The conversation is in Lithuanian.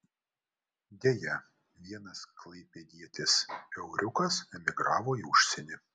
deja vienas klaipėdietis euriukas emigravo į užsienį